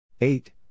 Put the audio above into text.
Eight